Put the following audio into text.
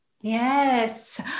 yes